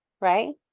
right